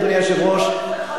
אדוני היושב-ראש,